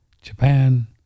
Japan